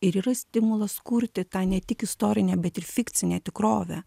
ir yra stimulas kurti tą ne tik istorinę bet ir fikcinę tikrovę